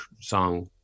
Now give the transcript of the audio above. song